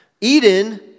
Eden